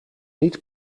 niet